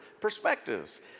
perspectives